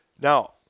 Now